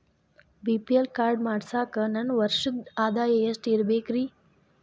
BPL card ಮಾಡ್ಸಾಕ ನನ್ನ ವರ್ಷದ್ ಆದಾಯ ಎಷ್ಟ ಇರಬೇಕ್ರಿ?